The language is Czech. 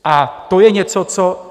A to je něco, co...